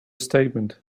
statement